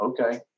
okay